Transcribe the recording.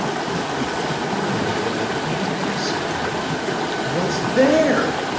he meant that the thing he desired was there,